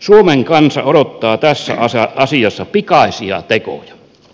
suomen kansa odottaa tässä asiassa pikaisia tekoja